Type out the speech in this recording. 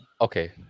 okay